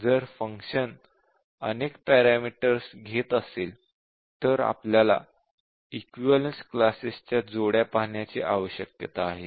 जर फंक्शन अनेक पॅरामीटर्स घेत असेल तर आपल्याला इक्विवलेन्स क्लासेस च्या जोड्या पाहण्याची आवश्यकता आहे